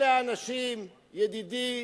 אלה האנשים, ידידי